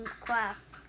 class